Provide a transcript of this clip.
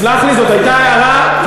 סלח לי, זו הייתה הערה, .